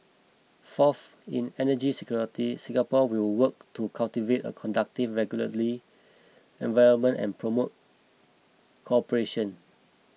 fourth in energy security Singapore will work to cultivate a conducive regulatory environment and promote cooperation